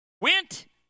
went